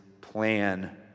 plan